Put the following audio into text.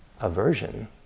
aversion